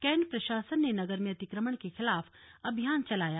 cantt प्रशासन ने नगर में अतिक्रमण के खिलाफ अभियान चलाया